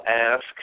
ask